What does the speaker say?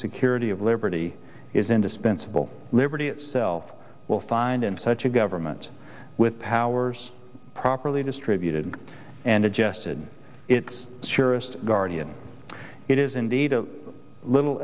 security of liberty is indispensable liberty itself will find and such a government with powers properly distributed and adjusted its surest guardian it is indeed a little